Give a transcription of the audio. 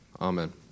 Amen